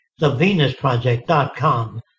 thevenusproject.com